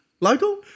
Local